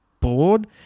bored